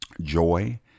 joy